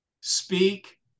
Speak